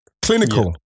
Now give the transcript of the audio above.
Clinical